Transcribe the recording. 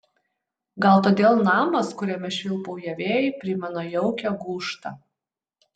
gal todėl namas kuriame švilpauja vėjai primena jaukią gūžtą